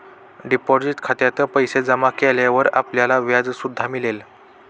deposit खात्यात पैसे जमा केल्यावर आपल्याला व्याज सुद्धा मिळेल